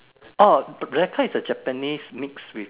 oh bl~ belaka is a Japanese mix with